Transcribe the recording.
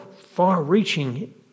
far-reaching